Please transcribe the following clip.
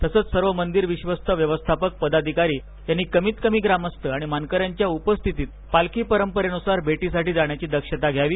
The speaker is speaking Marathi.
तसंच सर्व मंदिर विश्वस्त व्यवस्थापक पदाधिकारी यांनी कमीत कमी ग्रामस्थ आणि मानकऱ्यांच्या उपस्थितीत पालखी परंपरेन्सार भेटीसाठी जाण्याची दक्षता घ्यावी